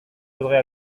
faudrait